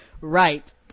Right